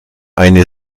eine